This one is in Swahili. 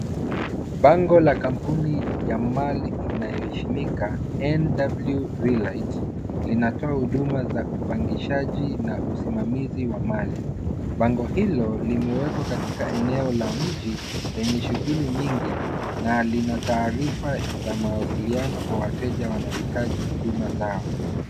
Bango la kampuni ya mali inayoheshimika NW Realite linatoa huduma za upangishaji na usimamizi wa mali, bango hilo limewekwa katika eneo la mji lenye shughuli nyingi na lina taarifa za mawasiliano kwa wateja wanaohitaji huduma zao.